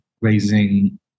raising